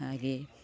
ಹಾಗೆ